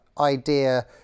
idea